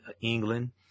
England